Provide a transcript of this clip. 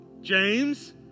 James